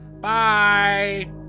Bye